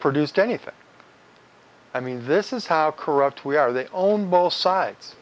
produced anything i mean this is how corrupt we are they own both sides